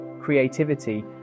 creativity